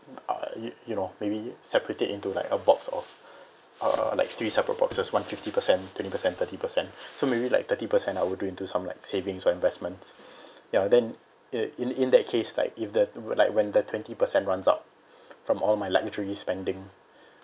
uh you know maybe separate it into like a box of uh like three separate boxes one fifty percent twenty percent thirty percent so maybe like thirty percent I would do into some like savings or investments ya then in in that case like if that when like when the twenty percent runs out from all my luxury spending